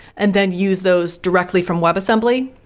and then use those directly from web assembly.